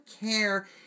care